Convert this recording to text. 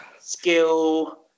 skill